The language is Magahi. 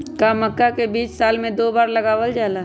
का मक्का के बीज साल में दो बार लगावल जला?